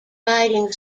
riding